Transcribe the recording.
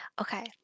Okay